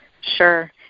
Sure